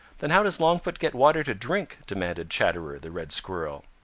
then how does longfoot get water to drink? demanded chatterer the red squirrel.